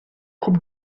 coupe